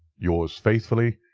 yours faithfully,